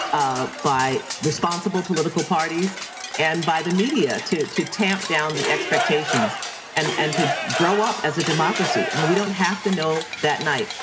by responsible political parties and by the media to to tamp down the expectations and and to grow up as a democracy. i mean, we don't have to know that night.